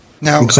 Now